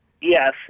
Yes